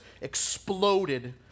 exploded